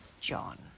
John